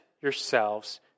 yourselves